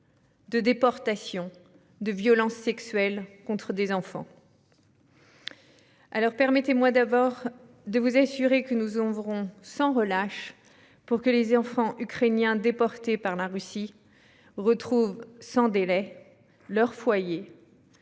de déportations, de violences sexuelles contre des enfants. Permettez-moi, tout d'abord, de vous assurer que nous oeuvrons sans relâche pour que les enfants ukrainiens déportés par la Russie retrouvent sans délai leur foyer